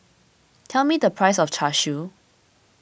tell me the price of Char Siu